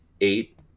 eight